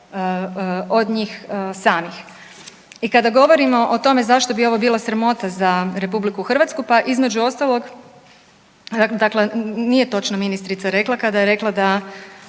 od njih samih. I kada govorimo o tome zašto bi ovo bila sramota za RH, pa između ostalog dakle nije točno ministrica rekla kada je rekla da